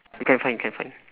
you can find you can find